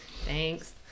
Thanks